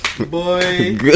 boy